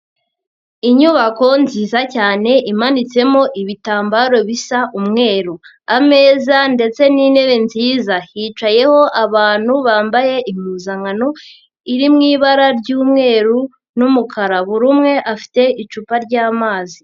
Inyubako nziza cyane imanitsemo ibitambaro bisa umweru, ameza ndetse n'intebe nziza hicayeho abantu bambaye impuzankano iri mu ibara ry'umweru n'umukara buri umwe afite icupa ry'amazi.